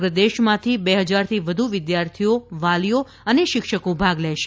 સમ્રગ દેશમાંથી બે હજારથી વધુ વિદ્યાર્થીઓ વાલીઓ અને શિક્ષકો ભાગ લેશે